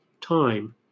time